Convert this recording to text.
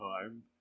TIME